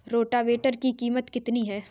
Rotavator की कीमत कितनी है?